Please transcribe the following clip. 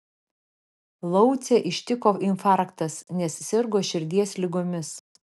laucę ištiko infarktas nes sirgo širdies ligomis